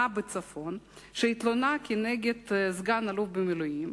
בצפון שהתלוננה נגד סגן-אלוף במילואים,